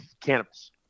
cannabis